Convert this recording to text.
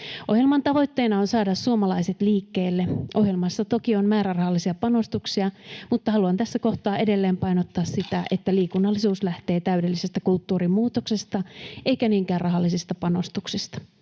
Ohjelman tavoitteena on saada suomalaiset liikkeelle. Ohjelmassa toki on määrärahallisia panostuksia, mutta haluan tässä kohtaa edelleen painottaa sitä, että liikunnallisuus lähtee täydellisestä kulttuurimuutoksesta, eikä niinkään rahallisista panostuksista.